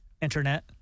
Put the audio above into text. Internet